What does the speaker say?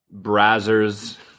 brazzers